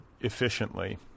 efficiently